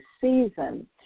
season